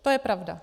To je pravda.